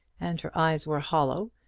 and her eyes were hollow,